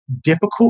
difficult